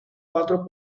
cuatro